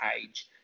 age